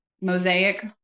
mosaic